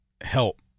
help